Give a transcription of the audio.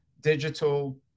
digital